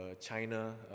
China